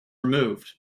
removed